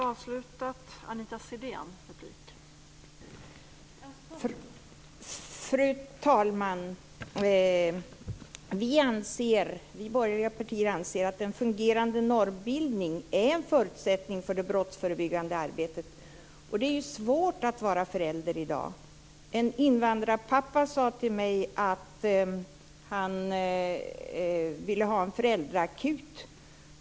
Fru talman! Vi borgerliga partier anser att en fungerande normbildning är en förutsättning för det brottsförebyggande arbetet. Det är svårt att vara förälder i dag. En invandrarpappa sade till mig att han ville ha en föräldraakut.